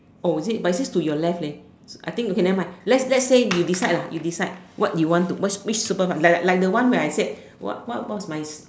oh is it but it says to your left leh I think okay never mind let's let's say you decide lah you decide what you want what which super power like like like the one where I said what what what's my